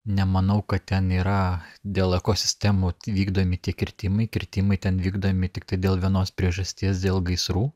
nemanau kad ten yra dėl ekosistemų vykdomi tie kirtimai kirtimai ten vykdomi tiktai dėl vienos priežasties dėl gaisrų